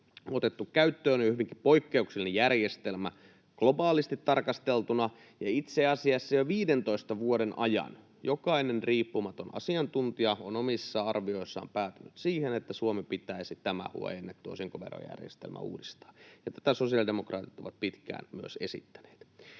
otettu käyttöön, on hyvinkin poikkeuksellinen järjestelmä globaalisti tarkasteltuna. Itse asiassa jo 15 vuoden ajan jokainen riippumaton asiantuntija on omissa arvioissaan päätynyt siihen, että Suomen pitäisi tämä huojennetun osinkoveron järjestelmä uudistaa. Tätä myös sosiaalidemokraatit ovat pitkään esittäneet.